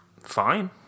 fine